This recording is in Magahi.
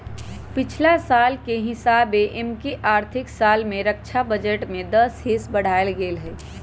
पछिला साल के हिसाबे एमकि आर्थिक साल में रक्षा बजट में दस हिस बढ़ायल गेल हइ